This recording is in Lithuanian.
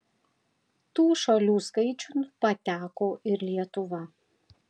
tų šalių skaičiun pateko ir lietuva